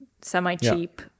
semi-cheap